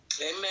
Amen